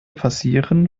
passieren